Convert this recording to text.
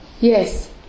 Yes